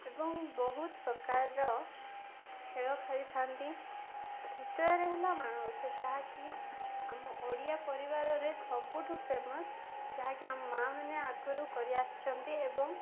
ଏବଂ ବହୁତ ପ୍ରକାରର ଖେଳ ଖେଳିଥାନ୍ତି ତୃତୀୟରେ ହେଲା ମାଣବସା ଯାହାକି ଆମ ଓଡ଼ିଆ ପରିବାରରେ ସବୁଠୁ ଫେମସ୍ ଯାହାକି ଆମ ମାଆ ମାନେ ଆଗରୁ କରିଆସିଛନ୍ତି ଏବଂ